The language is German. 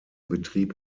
betrieb